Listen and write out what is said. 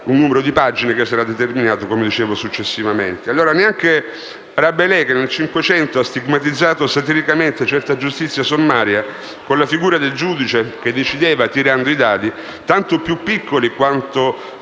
un numero di pagine che sarà determinato successivamente. Neanche Rabelais, che nel Cinquecento ha stigmatizzato satiricamente certa giustizia sommaria, con la figura del giudice che decideva tirando i dadi, tanto più piccoli quanto